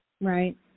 Right